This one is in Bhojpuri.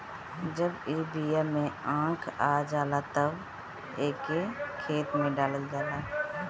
जब ई बिया में आँख आ जाला तब एके खेते में डालल जाला